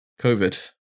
COVID